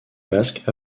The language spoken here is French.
basque